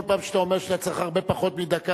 כל פעם שאתה אומר שאתה צריך הרבה פחות מדקה,